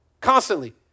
Constantly